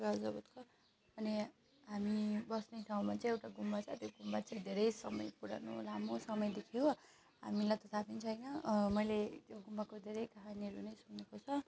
राजा भातखावा अनि हामी बस्ने गाउँमा चाहिँ एउटा गुम्बा छ त्यो गुम्बा चाहिँ धेरै समय पुरानो लामो समयदेखि हो हामीलाई त थाहा पनि छैन मैले त्यो गुम्बाको धेरै कहानीहरू नै सुनेको छ